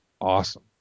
awesome